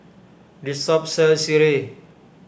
this shop sells Sireh